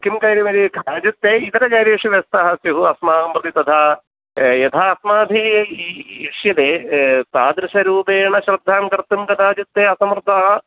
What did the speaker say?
किं कार्यमिति काचित् ते इतर कार्येषु व्यस्थाः स्युः अस्माकं प्रति तथा यथा अस्माभिः इष्यते तादृशरूपेण श्रद्धां कर्तुं कदाचित् ते असमर्थाः